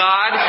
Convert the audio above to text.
God